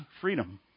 freedom